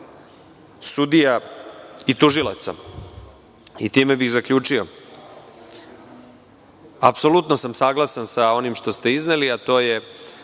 sudija i tužilaca, i time bih zaključio, apsolutno sam saglasan sa onim što ste izneli, a to je